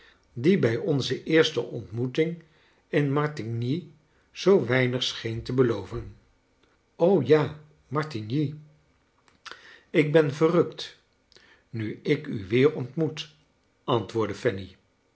die bij onze eerste ontmoeting in martigny zoo weinig scheen te beloven ja martigny ik ben verrukt nu ik u weer ontmoet antwoordde